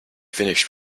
finished